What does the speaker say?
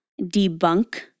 debunk